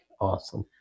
awesome